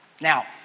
Now